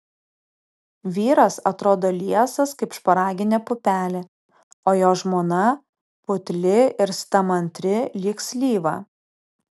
vyras atrodo liesas kaip šparaginė pupelė o jo žmona putli ir stamantri lyg slyva